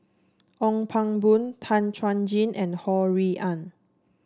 Ong Pang Boon Tan Chuan Jin and Ho Rui An